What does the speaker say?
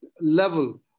Level